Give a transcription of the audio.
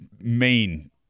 main